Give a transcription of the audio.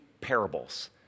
parables